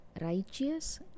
righteous